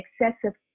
excessive